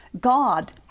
god